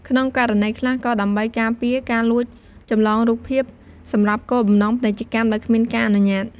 ក្នុងករណីខ្លះ ក៏ដើម្បីការពារការលួចចម្លងរូបភាពសម្រាប់គោលបំណងពាណិជ្ជកម្មដោយគ្មានការអនុញ្ញាត។